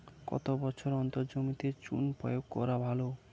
কত বছর অন্তর জমিতে চুন প্রয়োগ করা ভালো?